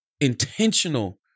intentional